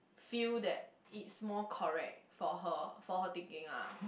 feel that is more correct for her for her thinking lah